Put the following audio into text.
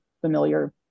familiar